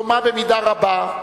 דומה במידה רבה,